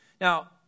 Now